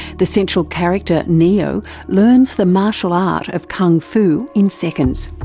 the central character neo learns the martial art of kung fu in seconds.